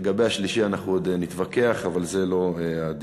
לגבי השלישי אנחנו עוד נתווכח, אבל זה לא הדיון.